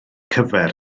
cyfer